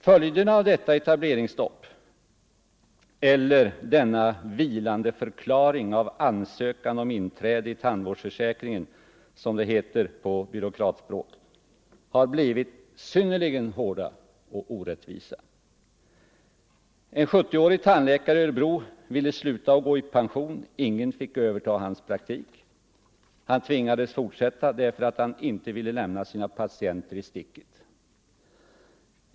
Följderna av detta etableringsstopp — eller denna vilandeförklaring av ansökan om inträde i tandvårdsförsäkringen, som det heter på byråkratspråk — har blivit synnerligen hårda och orättvisa. En 70-årig tandläkare i Örebro ville sluta och gå i pension. Ingen fick överta hans praktik. Han tvingades fortsätta därför att han inte ville lämna sina patienter i sticket.